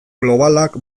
globalak